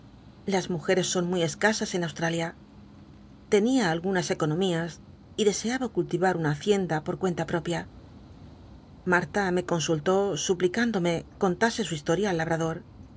las mujeres son muy escasas en aushalia tenia algunas economías y deseaba cultiva una hacienda por cuenta propia marta me consultó suplicándome contase su histol'ia al labrador